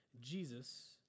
Jesus